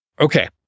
Okay